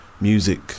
music